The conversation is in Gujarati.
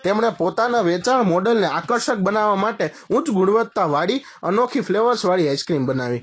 તેમણે પોતાના વેચાણ મોડલને આકર્ષક બનાવવા માટે ઊચ્ચ ગુણવત્તાવાળી અનોખી ફ્લેવર્સ વાળી આઇસક્રીમ બનાવી